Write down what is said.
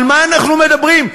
על מה אנחנו מדברים?